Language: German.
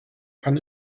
kann